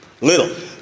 little